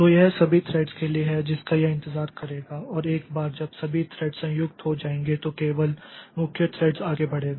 तो यह सभी थ्रेड्स के लिए है जिसका यह इंतजार करेगा और एक बार जब सभी थ्रेड्स संयुक्त हो जाएंगे तो केवल मुख्य थ्रेड्स आगे बढ़ेगा